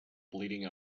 bleeding